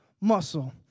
muscle